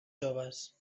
joves